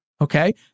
okay